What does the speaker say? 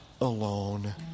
alone